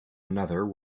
another